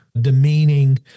demeaning